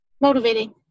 motivating